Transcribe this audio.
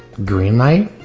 green light?